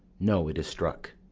no, it is struck.